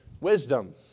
wisdom